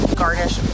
garnish